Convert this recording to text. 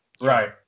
Right